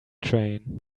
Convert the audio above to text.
train